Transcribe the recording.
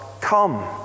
come